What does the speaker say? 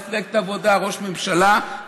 מפלגת העבודה וראש הממשלה.